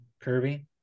Kirby